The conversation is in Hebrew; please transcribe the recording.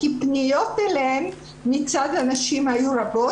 כי פניות אליהן מצד נשים היו רבות,